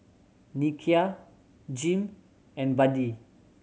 Nikia Jim and Buddie